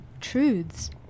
truths